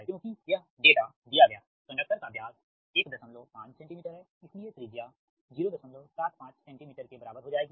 क्योंकि यह डेटा दिया गया है कंडक्टर का व्यास 15 सेंटीमीटर है इसलिए त्रिज्या 075 सेंटीमीटर के बराबर हो जाएगी